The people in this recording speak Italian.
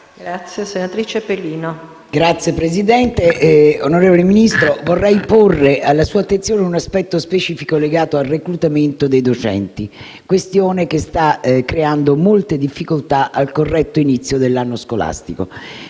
ha facoltà. PELINO *(FI-PdL XVII)*. Signor Ministro, vorrei porre alla sua attenzione un aspetto specifico legato al reclutamento dei docenti, questione che sta creando molte difficoltà al corretto inizio dell'anno scolastico.